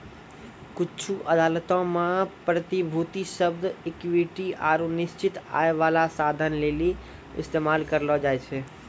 कुछु अदालतो मे प्रतिभूति शब्द इक्विटी आरु निश्चित आय बाला साधन लेली इस्तेमाल करलो जाय छै